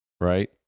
right